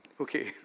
okay